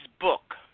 book